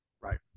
Right